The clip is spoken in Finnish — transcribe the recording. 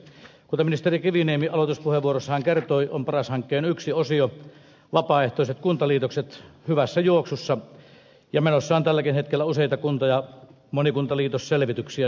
kuten ministeri kiviniemi aloituspuheenvuorossaan kertoi on paras hankkeen yksi osio vapaaehtoiset kuntaliitokset hyvässä juoksussa ja menossa on tälläkin hetkellä useita kunta ja monikuntaliitosselvityksiä